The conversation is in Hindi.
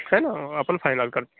है ना अपन फाइनल कर